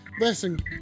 Listen